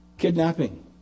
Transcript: Kidnapping